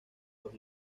los